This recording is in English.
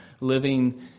living